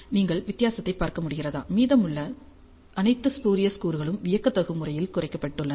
நீங்கள் வித்தியாசத்தைப் பார்க்க முடிகிறதா மீதமுள்ள அனைத்து ஸ்பூரியஸ் கூறுகளும் வியத்தகு முறையில் குறைக்கப்பட்டுள்ளன